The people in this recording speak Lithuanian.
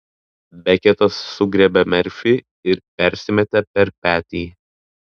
beketas sugriebė merfį ir persimetė per petį